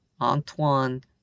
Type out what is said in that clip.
Antoine